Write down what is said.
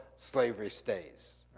slavery stays.